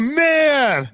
man